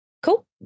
Cool